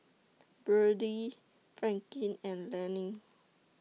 Byrdie Franklyn and Lani